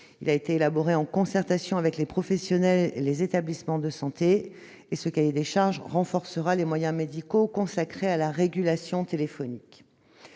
semaines. Élaboré en concertation avec les professionnels et établissements de santé, ce cahier des charges renforcera les moyens médicaux consacrés à la régulation téléphonique.